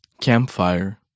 Campfire